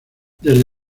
desde